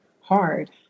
hard